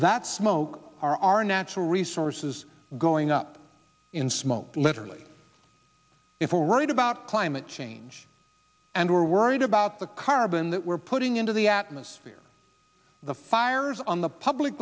that smoke are our natural resources going up in smoke literally if we're right about climate change and we're worried about the carbon that we're putting into the atmosphere the fires on the